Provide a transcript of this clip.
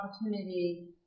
opportunity